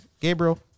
Gabriel